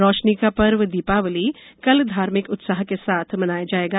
रोशनी का पर्व दीपावली कल धार्मिक उत्साह के साथ मनाया जाएगा